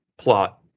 plot